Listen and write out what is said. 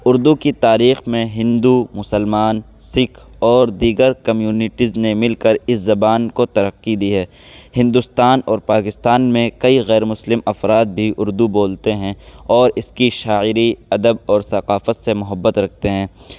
اردو کی تاریخ میں ہندو مسلمان سکھ اور دیگر کمیونٹیز نے مل کر اس زبان کو ترقی دی ہے ہندوستان اور پاکستان میں کئی غیر مسلم افراد بھی اردو بولتے ہیں اور اس کی شاعری ادب اور ثقافت سے محبت رکھتے ہیں